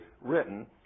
written